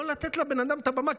לא לתת לבן האדם את הבמה,